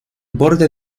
borde